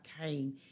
came